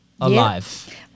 alive